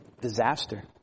disaster